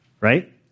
right